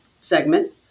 segment